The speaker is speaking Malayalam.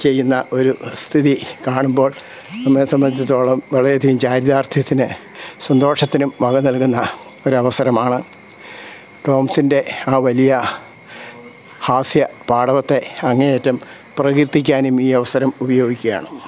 ചെയ്യുന്ന ഒരു സ്ഥിതി കാണുമ്പോൾ നമ്മളെ സംബന്ധിച്ചിടത്തോളം വളരെയധികം ചാരുതാർഥ്യത്തിന് സന്തോഷത്തിനും വക നൽകുന്ന ഒരവസരമാണ് ടോംസിൻ്റെ ആ വലിയ ഹാസ്യ പാടവത്തെ അങ്ങേയറ്റം പ്രകീർത്തിക്കാനും ഈ അവസരം ഉപയോഗിക്കുകയാണ്